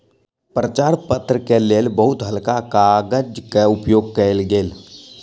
प्रचार पत्र के लेल बहुत हल्का कागजक उपयोग कयल गेल